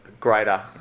greater